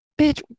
bitch